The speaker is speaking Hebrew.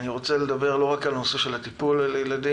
אני רוצה לדבר לא רק על נושא הטיפול לילדים.